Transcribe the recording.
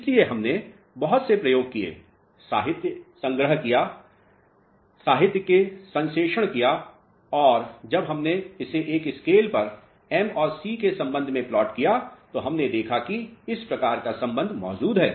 इसलिए हमने बहुत से प्रयोग किए साहित्य संग्रह किया के साहित्य के संश्लेषण किया और जब हमने इसे एक स्केल पर m और c के संबंध में प्लाट किया तो हमने देखा कि इस प्रकार का संबंध मौजूद है